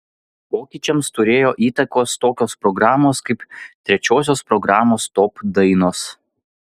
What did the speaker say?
pokyčiams turėjo įtakos tokios programos kaip trečiosios programos top dainos